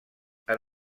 han